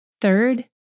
Third